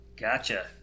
Gotcha